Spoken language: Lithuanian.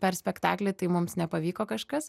per spektaklį tai mums nepavyko kažkas